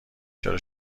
چرا